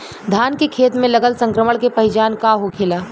धान के खेत मे लगल संक्रमण के पहचान का होखेला?